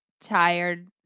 tired